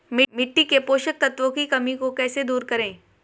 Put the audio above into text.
मिट्टी के पोषक तत्वों की कमी को कैसे दूर करें?